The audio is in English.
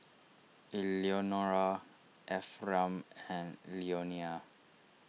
Eleonora Ephram and Leonia